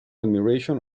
admiration